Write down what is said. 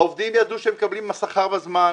העובדים ידעו שהם מקבלים שכר בזמן,